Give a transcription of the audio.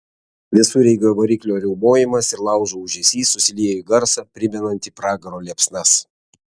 visureigio variklio riaumojimas ir laužo ūžesys susiliejo į garsą primenantį pragaro liepsnas